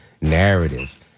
narrative